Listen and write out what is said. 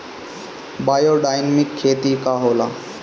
Biodynamic खेती का होला?